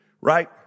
right